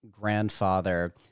grandfather